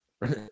Right